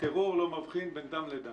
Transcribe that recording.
הטרור לא מבחין בין דם לדם.